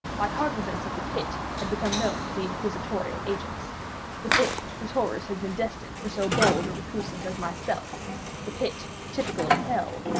my cognizance of the pit had become known to the inquisitorial agents the pit whose horrors had been destined for so bold a recusant as myself the pit, typical of hell,